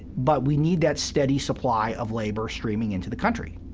but we need that steady supply of labor streaming into the country.